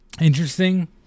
interesting